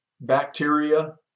bacteria